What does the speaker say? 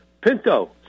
Pinto